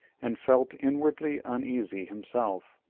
and felt inwardly uneasy, himself.